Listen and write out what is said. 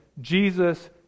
Jesus